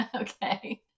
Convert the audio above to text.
Okay